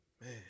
Man